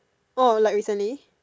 orh like recently